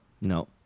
No